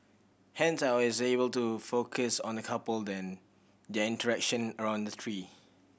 hence I was able to focus on the couple then their interaction around the tree